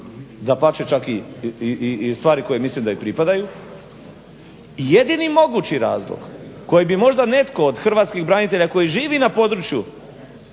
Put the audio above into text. dapače čak i stvari koje mislim da i pripadaju. Jedini mogući razlog koji bi možda netko od hrvatskih branitelja koji živi na području,